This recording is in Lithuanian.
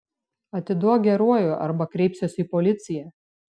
atiduok geruoju arba kreipsiuosi į policiją